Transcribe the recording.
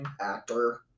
actor